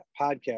podcast